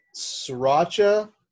sriracha